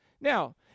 Now